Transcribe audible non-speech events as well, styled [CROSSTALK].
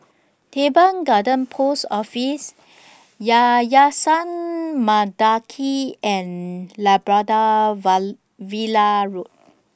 Teban Garden Post Office Yayasan Mendaki and Labrador [UNINTELLIGIBLE] Villa Road